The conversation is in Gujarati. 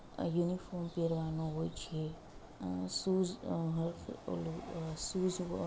યુનિફોર્મ પહેરવાનો હોય છે સૂઝ સરખું ઓલું સૂજ